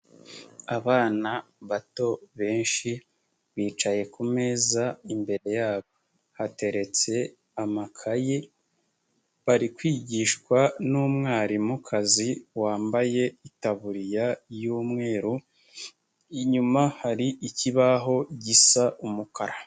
Abana bato benshi, bicaye kumeza imbere yabo hateretse amakayi, bari kwigishwa n'umwarimukazi wambaye itaburiya y'umweru, inyuma hari ikibaho gisa umukara.